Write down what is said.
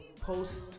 Post